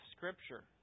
Scripture